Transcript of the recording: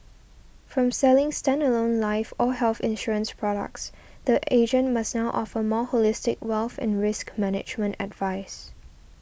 from selling standalone life or health insurance products the agent must now offer more holistic wealth and risk management advice